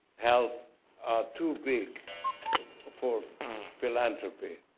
health are too big for philanthropy.